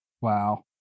Wow